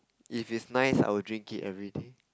if it's nice I would drink it everyday